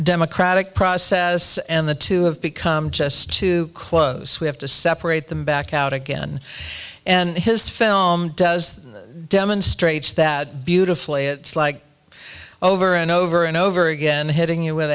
democratic process and the two have become just too close we have to separate them back out again and his film does demonstrates that beautifully it like over and over and over again hitting it with